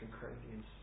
Corinthians